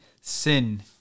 sin